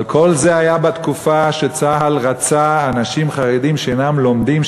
אבל כל זה היה בתקופה שצה"ל רצה אנשים חרדים שאינם לומדים,